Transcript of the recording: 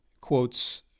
quotes